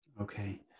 okay